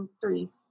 three